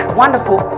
wonderful